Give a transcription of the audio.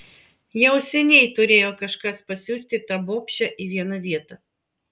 jau seniai turėjo kažkas pasiųsti tą bobšę į vieną vietą